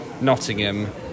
Nottingham